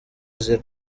azira